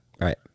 right